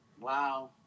Wow